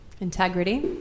Integrity